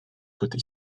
coté